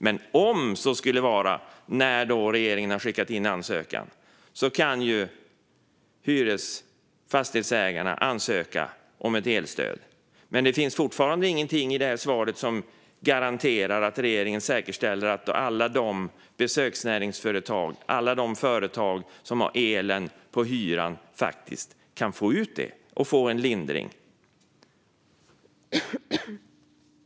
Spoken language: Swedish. Men om så skulle vara fallet när regeringen har skickat in ansökan kan fastighetsägarna ansöka om ett elstöd. Det finns dock fortfarande ingenting i svaret som garanterar att regeringen säkerställer att alla besöksnäringsföretag - alla de företag som betalar elen via hyran - faktiskt kan få ut ett stöd och få en lindring.